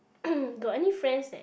got any friends that